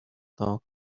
though